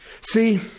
See